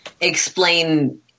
explain